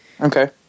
Okay